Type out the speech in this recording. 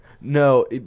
No